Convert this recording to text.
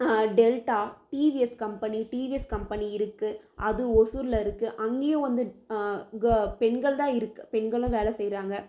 delta TVS company TVS company இருக்குது அது ஒசூரில் இருக்குது அங்கேயும் வந்து க பெண்கள் தான் இருக் பெண்களும் வேலை செய்கிறாங்க